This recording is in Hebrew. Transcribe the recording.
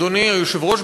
אדוני היושב-ראש,